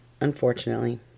Unfortunately